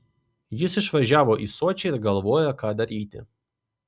jis išvažiavo į sočį ir galvoja ką daryti